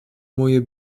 moje